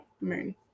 Moon